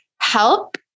help